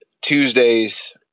Tuesdays